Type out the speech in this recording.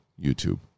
youtube